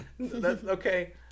Okay